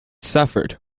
suffered